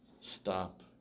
stop